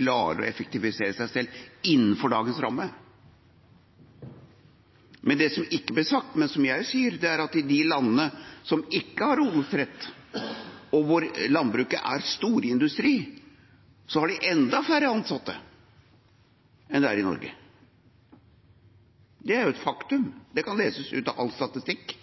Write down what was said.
å effektivisere seg selv innenfor dagens ramme. Men det som ikke ble sagt – men som jeg sier– er at i de landene som ikke har odelsrett, og hvor landbruket er storindustri, har de enda færre ansatte enn i Norge. Det er et faktum – det kan leses ut av all statistikk